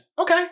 Okay